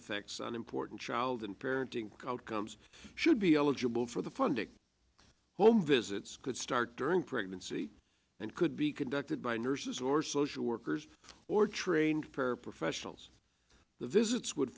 effects on important child and parenting called comes should be eligible for the funding home visits could start during pregnancy and could be conducted by nurses or social workers or trained paraprofessionals the visits would